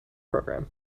program